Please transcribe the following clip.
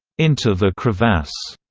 into the crevasse,